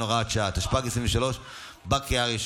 13 בעד.